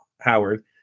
Howard